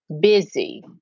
busy